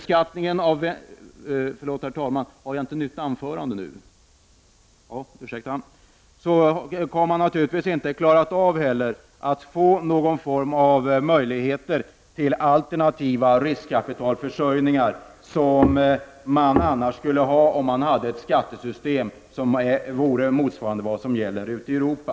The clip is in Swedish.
Så har man naturligtvis inte heller klarat av att skapa möjligheter till alternativ riskkapitalförsörjning, som vi annars skulle ha om vi hade ett skattesystem motsvarande dem som finns ute i Europa.